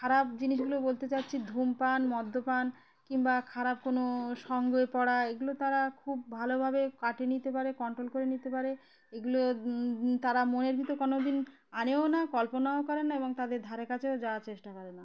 খারাপ জিনিসগুলো বলতে চাচ্ছি ধূমপান মদ্যপান কিংবা খারাপ কোনো সঙ্গে পড়া এগুলো তারা খুব ভালোভাবে কাটিয়ে নিতে পারে কন্ট্রোল করে নিতে পারে এগুলো তারা মনের ভিতর কোনো দিন আনেও না কল্পনাও করেন না এবং তাদের ধারেকাছেও যাওয়ার চেষ্টা করে না